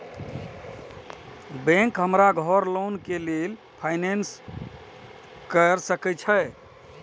Bank हमरा घर loan के लेल फाईनांस कर सके छे?